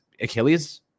Achilles